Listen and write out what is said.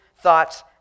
thoughts